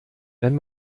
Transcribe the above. wenn